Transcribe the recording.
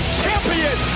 champion